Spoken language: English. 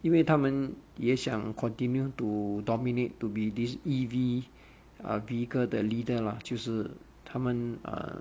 因为它们也想 continued to dominate to be this E_V uh vehicle 的 leader lah 就是它们 err